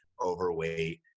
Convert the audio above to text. overweight